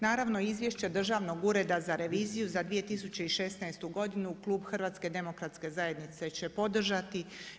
Naravno, izvješće Državnog ureda za reviziju za 2016. godinu, Klub HDZ-a će podržati.